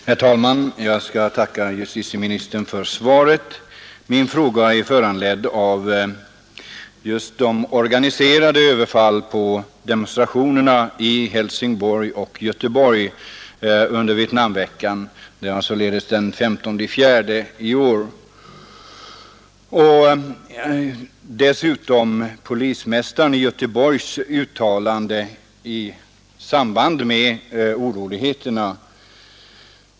Herr talman! Jag ber att få tacka justitieministern för svaret. Min fråga är föranledd av de organiserade överfall som förekom på demonstrationståg i Helsingborg och Göteborg under Vietnamveckan, dvs. den 15 april i år, och dessutom polismästarens i Göteborg uttalande i samband med oroligheterna.